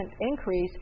increase